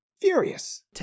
furious